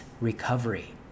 recovery